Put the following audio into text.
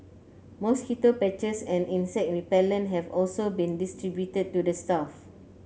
mosquito patches and insect repellent have also been distributed to the staff